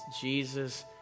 Jesus